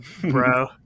bro